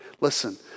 Listen